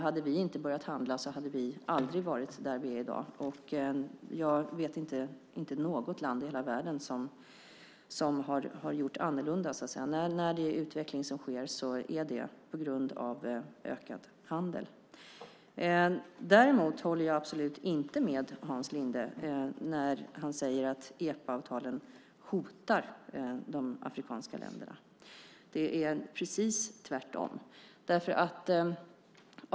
Hade vi inte börjat handla hade vi aldrig varit där vi är i dag. Jag vet inte något land i hela världen som har gjort annorlunda. När det sker utveckling är det på grund av ökad handel. Däremot håller jag absolut inte med Hans Linde när han säger att EPA hotar de afrikanska länderna. Det är precis tvärtom.